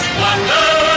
wonder